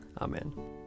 Amen